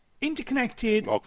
Interconnected